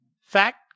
Fact